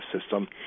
system